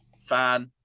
fan